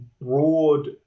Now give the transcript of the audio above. broad